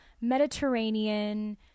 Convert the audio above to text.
Mediterranean